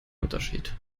unterschied